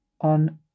on